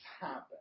happen